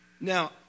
Now